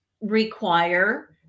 require